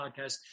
podcast